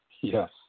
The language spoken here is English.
Yes